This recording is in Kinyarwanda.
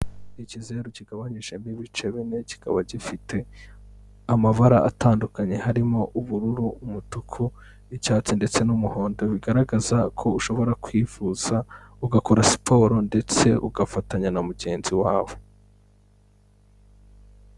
Ikizeru kigabanyijemo ibice bine kikaba gifite amabara atandukanye harimo ubururu, umutuku, n'icyatsi ndetse n'umuhondo, bigaragaza ko ushobora kwivuza ugakora siporo ndetse ugafatanya na mugenzi wawe.